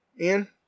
Ian